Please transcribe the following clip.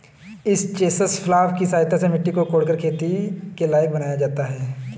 इस chisel plough की सहायता से मिट्टी को कोड़कर खेती के लायक बनाया जाता है